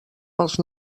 pels